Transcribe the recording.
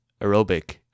aerobic